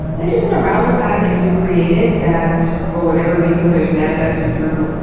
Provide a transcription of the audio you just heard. it's just an arousal pattern that you've created that, for whatever reason, whether it's manifested through,